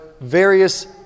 various